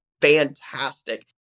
fantastic